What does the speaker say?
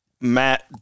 Matt